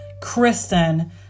Kristen